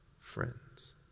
friends